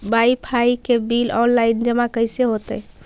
Wifi के bill online जमा कैसे होतै?